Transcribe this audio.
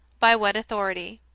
by what authority?